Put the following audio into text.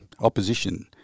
opposition